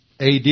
AD